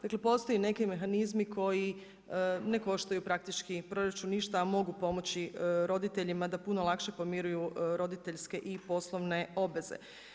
Dakle postoje neki mehanizmi koji ne koštaju praktički proračun ništa, ali mogu pomoći roditeljima da puno lakše podmiruju roditeljske i poslovne obveze.